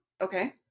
Okay